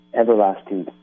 everlasting